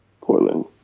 Portland